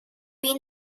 been